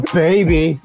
baby